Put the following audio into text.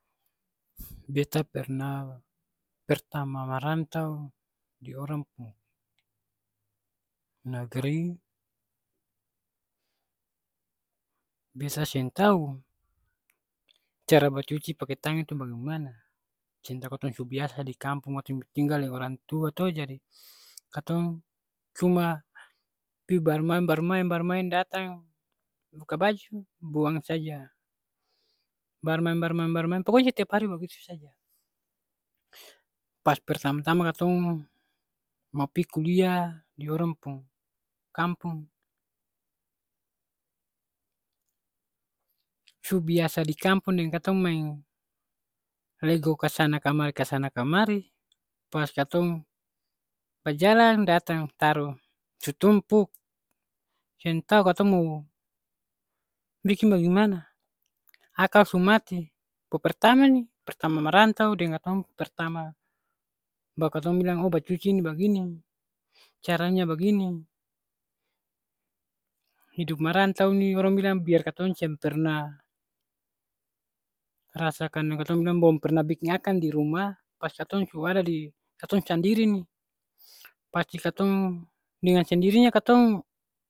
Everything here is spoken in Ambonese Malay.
Beta pernah pertama marantau di orang pung negri, beta seng tau cara bacuci pake tangang tu bagemana. Seng tau katong su biasa di kampung tinggal deng orang tua to, jadi katong cuma pi barmaeng-barmaeng barmaeng datang buka baju buang saja. Barmaeng-barmaeng barmaeng pokonya setiap hari bagitu saja. Pas pertama tama katong mo pi kuliah di orang pung kampung, su biasa di kampung deng katong maeng lego kasana kamari kasana kamari, pas katong bajalang datang taru, su tumpuk. Seng tau katong mo biking bagemana. Akal su mati. Pertama ni, pertama merantau deng katong pertama bar katong bilang oo bacuci ni bagini, caranya bagini. Hidup merantau ni orang bilang biar katong seng pernah rasakan yang katong bilang blom pernah biking akang di rumah, pas katong su ada di katong sandiri ni. Pasti katong dengan sendirinya katong